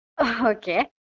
Okay